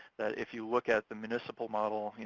that if you look at the municipal model,